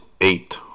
eight